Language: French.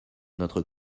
notre